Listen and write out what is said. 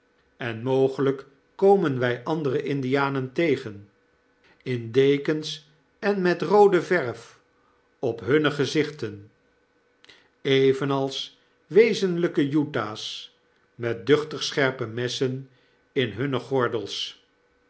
en mogelyk komen wij andere indianen tegen in dekens en met roode verf op hunne gezichten evenals wezenlyke utahs met duchtig scherpe messen in hunne gordels